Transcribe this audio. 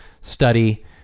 study